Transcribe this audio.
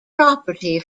property